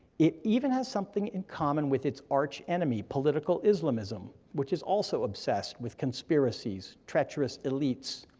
it even has something in common with its arch enemy, political islamism, which is also obsessed with conspiracies, treacherous elites,